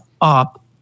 up